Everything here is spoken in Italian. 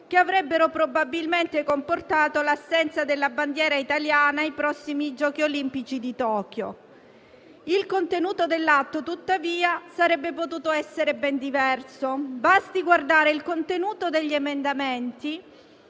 che avrebbero probabilmente comportato l'assenza della bandiera italiana ai prossimi Giochi olimpici di Tokyo. Il contenuto dell'atto, tuttavia, avrebbe potuto essere ben diverso. Basti guardare il testo degli emendamenti,